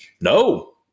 no